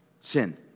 sin